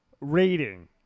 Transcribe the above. rating